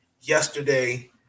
yesterday